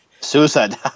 Suicide